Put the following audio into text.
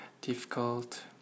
difficult